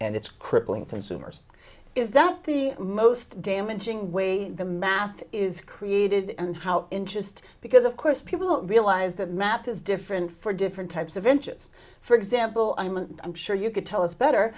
and it's crippling consumers is that the most damaging way the math is created and how interest because of course people don't realize that math is different for different types of inches for example i'm and i'm sure you could tell us better